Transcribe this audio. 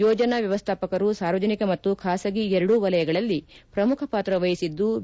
ಯೋಜನಾ ವ್ಯವಸ್ಥಾಪಕರು ಸಾರ್ವಜನಿಕ ಮತ್ತು ಖಾಸಗಿ ಎರಡೂ ವಲಯಗಳಲ್ಲಿ ಪ್ರಮುಖ ಪಾತ್ರ ವಹಿಸಿದ್ಲು